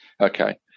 okay